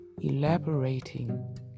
elaborating